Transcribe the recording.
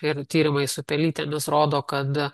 ir tyrimai su pelytėmis rodo kad